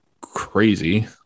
crazy